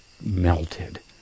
melted